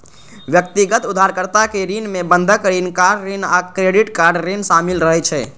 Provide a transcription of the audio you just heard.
व्यक्तिगत उधारकर्ता के ऋण मे बंधक ऋण, कार ऋण आ क्रेडिट कार्ड ऋण शामिल रहै छै